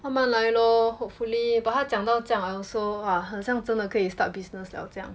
慢慢来 lor hopefully but 她讲到这样 I also !wah! 很像真的可以 start business liao 这样